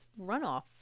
runoff